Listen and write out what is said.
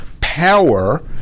power